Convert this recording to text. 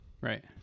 Right